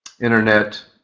Internet